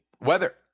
weather